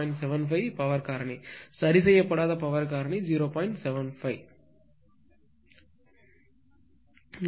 75 power காரணி சரி செய்யப்படாத பவர் காரணி 0